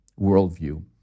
worldview